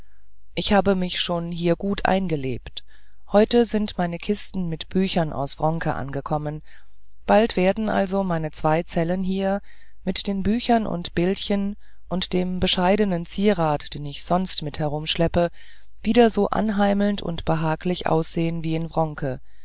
ich habe mich schon hier gut eingelebt heute sind meine kisten mit büchern aus wronke angekommen bald werden also meine zwei zellen hier mit den büchern und bildchen und dem bescheidenen zierrat den ich sonst mit herumschleppe wieder so anheimelnd und behaglich aussehen wie in wronke